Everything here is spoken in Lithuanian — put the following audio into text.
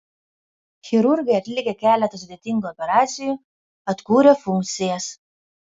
chirurgai atlikę keletą sudėtingų operacijų atkūrė funkcijas